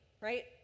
Right